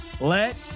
Let